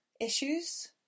issues